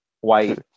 white